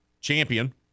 champion